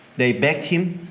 they backed him.